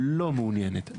לא מעוניינת.